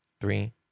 Three